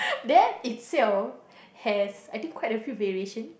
that itself has I think quite a few variation